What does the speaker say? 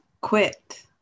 quit